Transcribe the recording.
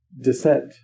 descent